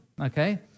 Okay